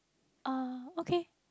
uh okay